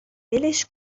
ولش